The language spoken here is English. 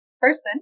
person